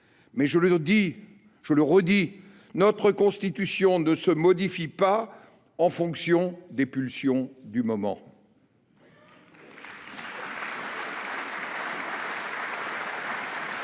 et je le répète, notre Constitution ne se modifie pas en fonction des pulsions du moment.